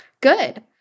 Good